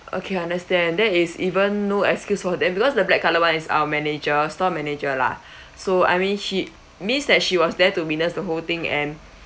okay I understand there is even no excuse for them because the black colour one is our manager store manager lah so I mean she means that she was there to witness the whole thing and